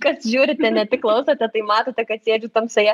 kas žiūrite ne tik klausote tai matote kad sėdžiu tamsoje